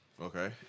Okay